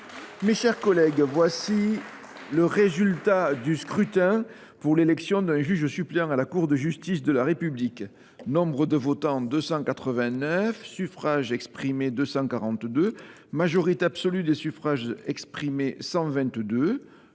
Mes chers collègues, voici le résultat du scrutin pour l’élection d’un juge suppléant à la Cour de justice de la République : Nombre de votants : 289 Nombre de suffrages exprimés : 242 Majorité absolue des suffrages exprimés : 122